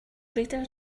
reader